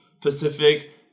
Pacific